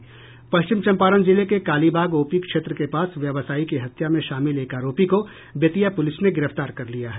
पश्चिम चंपारण जिले के कालीबाग ओपी क्षेत्र के पास व्यवसायी की हत्या में शामिल एक आरोपी को बेतिया पुलिस ने गिरफ्तार कर लिया है